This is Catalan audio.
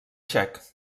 txec